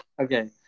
Okay